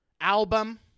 album